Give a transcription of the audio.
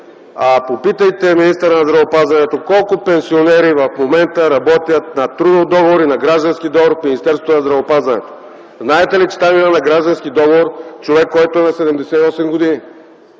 попитайте министъра на здравеопазването колко пенсионери в момента работят на трудов и на граждански договор в Министерството на здравеопазването. Знаете ли, че там има на граждански договор човек, който е на 78 години?